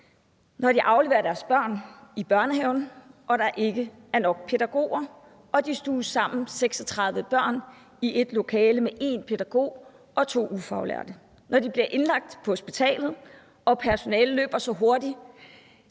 når de afleverer deres børn i børnehaven og der ikke er nok pædagoger og børnene stuves sammen og er 36 børn i ét lokale med én pædagog og to ufaglærte; når de bliver indlagt på hospitalet og personalet – fordi der ikke